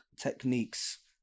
techniques